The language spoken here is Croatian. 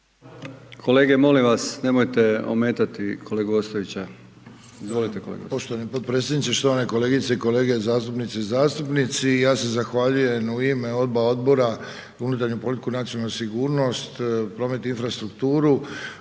Kolege molim vas nemojte ometati kolegu Ostojića, izvolite kolega Ostojić.